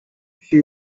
she